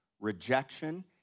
rejection